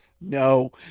No